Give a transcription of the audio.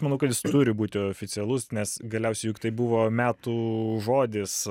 manau kad jis turi būti oficialus nes galiausiai juk tai buvo metų žodis